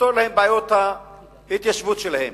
לפתור להם את בעיות ההתיישבות שלהם.